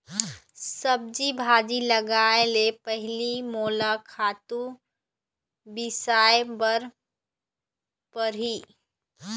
सब्जी भाजी लगाए ले पहिली मोला खातू बिसाय बर परही